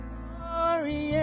glory